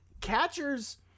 catchers